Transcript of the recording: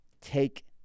take